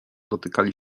dotykali